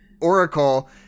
Oracle